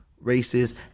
races